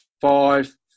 five